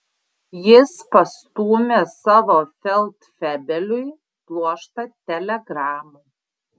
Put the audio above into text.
jis pastūmė savo feldfebeliui pluoštą telegramų